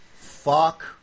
fuck